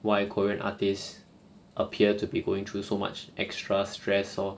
why korean artists appear to be going through so much extra stress lor